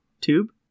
Tube